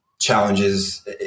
challenges